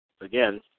again